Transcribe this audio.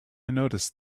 noticed